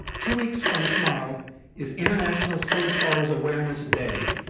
two weeks from tomorrow is international sword swallowers awareness day.